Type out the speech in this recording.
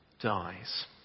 dies